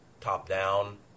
top-down